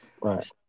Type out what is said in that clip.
Right